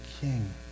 king